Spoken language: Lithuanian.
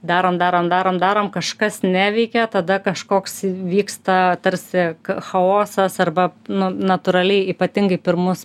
darom darom darom darom kažkas neveikia tada kažkoks vyksta tarsi chaosas arba nu natūraliai ypatingai pirmus